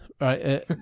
right